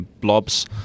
blobs